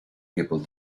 people